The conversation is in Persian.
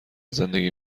زندگی